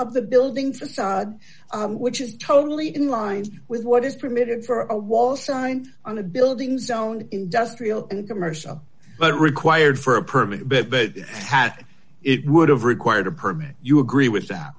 of the building facade which is totally in line with what is permitted for a wall sign on a building zone industrial and commercial but required for a permit but that had it would have required a permit you agree with that